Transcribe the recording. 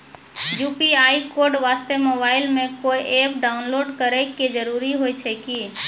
UPI code वास्ते mobile मे कोय एप्प डाउनलोड करे के जरूरी होय छै की?